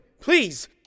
Please